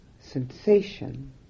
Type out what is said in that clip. sensation